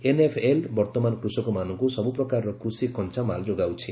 NFL ବର୍ଭମାନ କୃଷକମାନଙ୍କୁ ସବୁପ୍ରକାରର କୃଷି କଞ୍ଚାମାଲ ଯୋଗାଉଛି